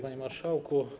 Panie Marszałku!